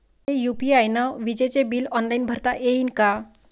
मले यू.पी.आय न विजेचे बिल ऑनलाईन भरता येईन का?